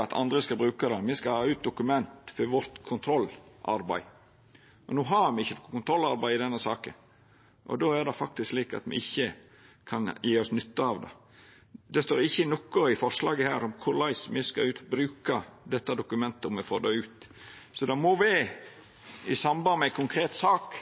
at andre skal bruke det; me skal ha ut dokument for vårt kontrollarbeid. No har me ikkje kontrollarbeid i denne saka, og då er det faktisk slik at me ikkje kan gjere oss nytte av det. Det står ikkje noko i dette forslaget om korleis me skal bruka dette dokumentet om me får det ut, så det må vera i samband mei ei konkret sak